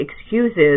excuses